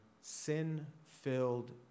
sin-filled